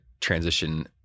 transition